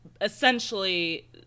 essentially